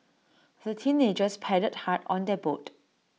the teenagers paddled hard on their boat